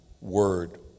word